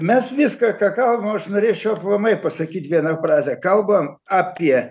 mes viską ką kalbam aš norėčiau aplamai pasakyt vieną frazę kalbam apie